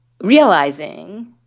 realizing